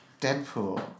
Deadpool